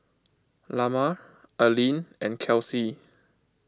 Lamar Aleen and Kelcie